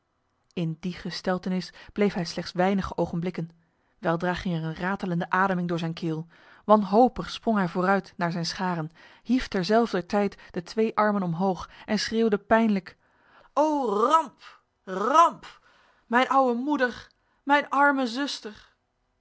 in die gesteltenis bleef hij slechts weinig ogenblikken weldra ging er een ratelende ademing door zijn keel wanhopig sprong hij vooruit naar zijn scharen hief terzelfder tijd de twee armen omhoog en schreeuwde pijnlijk o ramp ramp mijn oude moeder mijn arme zuster